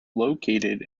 located